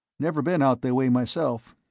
never been out that way myself.